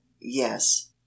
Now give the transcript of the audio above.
Yes